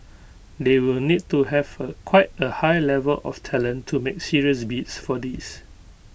they will need to have A quite A high level of talent to make serious bids for these